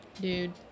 Dude